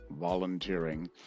volunteering